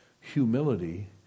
Humility